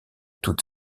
toute